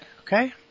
Okay